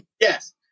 yes